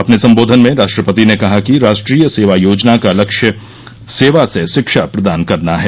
अपने संबोधन में राष्ट्रपति ने कहा कि राष्ट्रीय सेवा योजना का लक्ष्य सेवा से शिक्षा प्रदान करना है